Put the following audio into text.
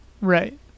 Right